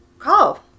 Call